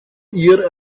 ihr